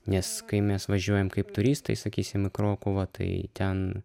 nes kai mes važiuojam kaip turistai sakysim į krokuvą tai ten